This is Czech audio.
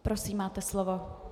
Prosím, máte slovo.